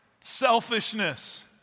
selfishness